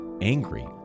angry